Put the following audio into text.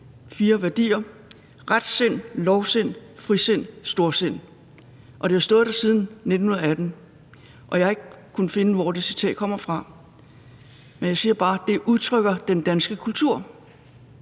fire værdier: »Retsind«, »Lovsind«, »Frisind«, »Storsind«, og det har stået der siden 1918. Jeg har ikke kunnet finde, hvor det citat kommer fra, men jeg siger bare: Det udtrykker den danske kultur.